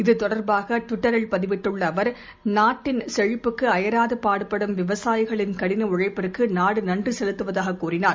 இது தொடர்பாகட்விட்டரில் பதிவிட்டுள்ளஅவர் நாட்டின் செழிப்புக்குஅயராதுபாடுபடும் விவசாயிகளின் கடினஉழைப்புக்குநாடுநன்றிசெலுத்துவதாககூறினார்